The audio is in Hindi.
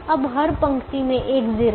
अब हर पंक्ति में एक 0 है